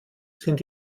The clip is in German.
sind